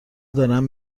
دارن